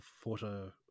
photo